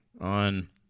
on